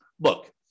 look